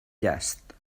llast